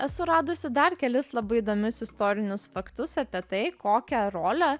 esu radusi dar kelis labai įdomius istorinius faktus apie tai kokią rolę